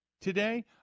today